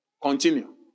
Continue